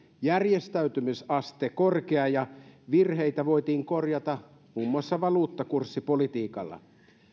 järjestäytymisaste korkea ja virheitä voitiin korjata muun muassa valuuttakurssipolitiikalla